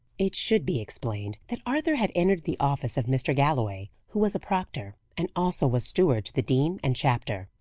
it should be explained that arthur had entered the office of mr. galloway, who was a proctor, and also was steward to the dean and chapter.